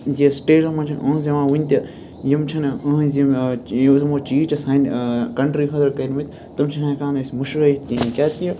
یہِ سٹیٹَن منٛز چھِنہٕ أہٕنٛز یِوان وٕنہِ تہِ یِم چھِنہٕ أہٕنٛز یِم یُس یِمو چیٖز چھِ سانہِ کَنٹری خٲطرٕ کٔرمٕتۍ تِم چھِنہٕ ہیٚکان أسۍ مٔشرٲیِتھ کِہیٖنۍ کیٛازِکہِ